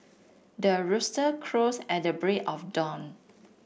the rooster crows at the break of dawn